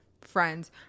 friends